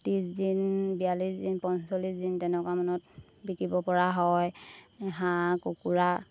ত্ৰিছ দিন বিয়াল্লিছ দিন পঞ্চল্লিছ দিন তেনেকুৱামানত বিকিব পৰা হয় হাঁহ কুকুৰা